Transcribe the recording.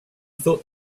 thought